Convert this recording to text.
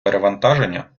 перевантаження